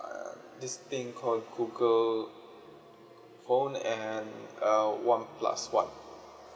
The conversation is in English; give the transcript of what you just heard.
err this thing call google phone and uh one plus one